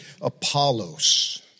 Apollos